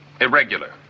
Irregular